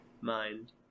mind